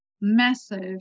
massive